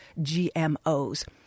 GMOs